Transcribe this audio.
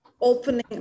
opening